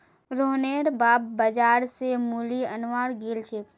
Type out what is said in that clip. रोहनेर बाप बाजार स मूली अनवार गेल छेक